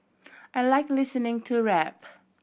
I like listening to rap